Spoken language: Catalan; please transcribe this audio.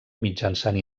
mitjançant